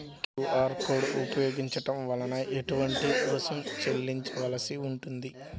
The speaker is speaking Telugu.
క్యూ.అర్ కోడ్ ఉపయోగించటం వలన ఏటువంటి రుసుం చెల్లించవలసి ఉంటుంది?